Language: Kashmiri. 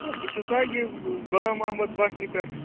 ہے بہٕ چھُس نا یہِ غلام محمد بَٹلہِ پٮ۪ٹھ